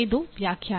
ಇದು ವ್ಯಾಖ್ಯಾನ